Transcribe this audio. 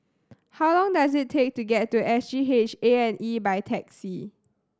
how long does it take to get to S G H A and E by taxi